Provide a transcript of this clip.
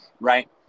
right